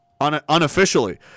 unofficially